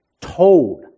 told